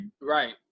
right